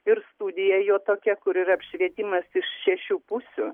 ir studija jo tokia kur ir apšvietimas iš šešių pusių